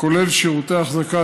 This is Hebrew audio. הכולל שירותי החזקה,